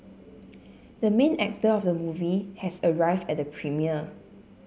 the main actor of the movie has arrived at the premiere